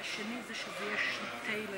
איתן ברושי,